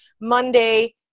Monday